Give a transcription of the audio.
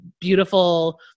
beautiful